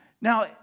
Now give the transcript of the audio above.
Now